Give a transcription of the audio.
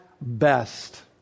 best